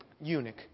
eunuch